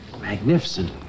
Magnificent